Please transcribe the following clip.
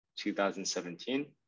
2017